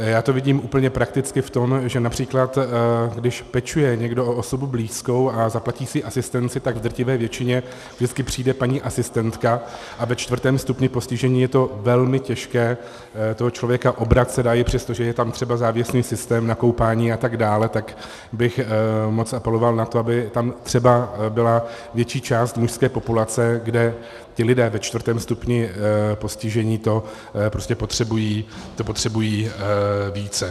Já to vidím úplně prakticky v tom, že například když pečuje někdo o osobu blízkou a zaplatí si asistenci, tak v drtivé většině vždycky přijde paní asistentka a ve čtvrtém stupni postižení je velmi těžké toho člověka obracet, a i přesto, že je tam třeba závěsný systém na koupání atd., tak bych moc apeloval na to, aby tam třeba byla větší část mužské populace, kde ti lidé ve čtvrtém stupni postižení to prostě potřebují více.